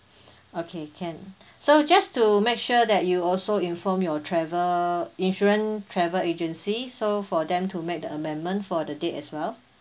okay can so just to make sure that you also inform your travel insurance travel agency so for them to make the amendment for the date as well